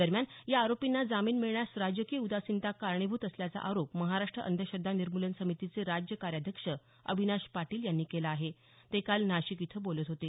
दरम्यान या आरोपींना जामीन मिळण्यास राजकीय उदासीनता कारणीभूत असल्याचा आरोप महाराष्ट्र अंधश्रद्धा निर्मूलन समितीचे राज्य कार्याध्यक्ष अविनाश पाटील यांनी केला आहे ते काल नाशिक इथं बोलत होते